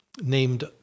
named